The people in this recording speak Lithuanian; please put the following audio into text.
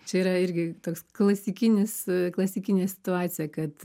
čia yra irgi toks klasikinis klasikinė situacija kad